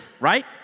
right